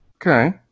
Okay